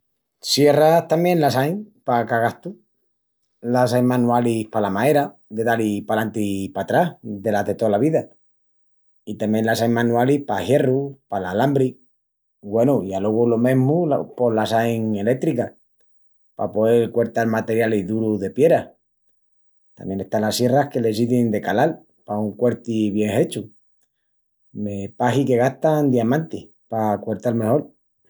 Sierras tamién las ain pa ca gastu. Las ain manualis pala maera, de da-li palantri i patrás delas de tola vida. I tamién las ain manualis pa hierrus, pala alambri. Güenu, i alogu lo mesmu pos las ain elétricas pa poel cuertal materialis durus de piera. Tamién están las sierras que les izin de calal, pa un cuerti bien hechu. Me pahi que gastan diamanti pa cuertal mejol.